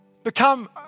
become